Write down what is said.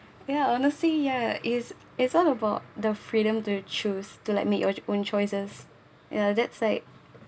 ya honestly ya it's it's all about the freedom to choose to like make your own choices ya that's lie